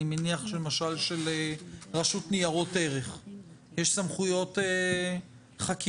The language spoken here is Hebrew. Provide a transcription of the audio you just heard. אני מניח שלמשל לרשות ניירות ערך יש סמכויות חקירה.